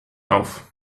auf